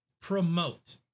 promote